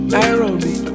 Nairobi